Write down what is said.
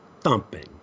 thumping